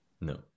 No